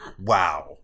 wow